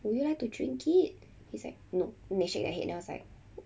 would you like to drink it he's like no then they shake their head then I was like